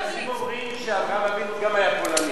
הבעיה שהאשכנזים אומרים שאברהם אבינו גם היה פולני.